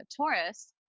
Taurus